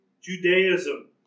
Judaism